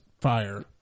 fire